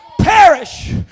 perish